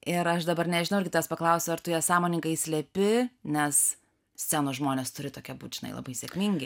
ir aš dabar nežinau irgi tavęs paklausiau ar tu ją sąmoningai slepi nes scenos žmonės turi tokie būt žinai labai sėkmingi